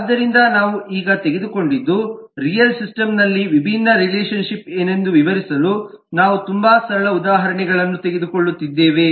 ಆದ್ದರಿಂದ ನಾವು ಈಗ ತೆಗೆದುಕೊಂಡಿದ್ದು ರಿಯಲ್ ಸಿಸ್ಟಮ್ನಲ್ಲಿ ವಿಭಿನ್ನ ರಿಲೇಶನ್ ಶಿಪ್ ಏನೆಂದು ವಿವರಿಸಲು ನಾವು ತುಂಬಾ ಸರಳ ಉದಾಹರಣೆಗಳನ್ನು ತೆಗೆದುಕೊಳ್ಳುತ್ತಿದ್ದೇವೆ